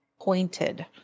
pointed